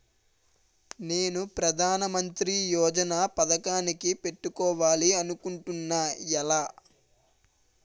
నేను ప్రధానమంత్రి యోజన పథకానికి పెట్టుకోవాలి అనుకుంటున్నా ఎలా?